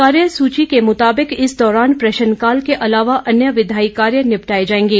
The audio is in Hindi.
कार्यसूची के मुताबिक इस दौरान प्रश्नकाल के अलावा अन्य विधायी कार्य निपटाए जाएंगे